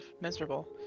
miserable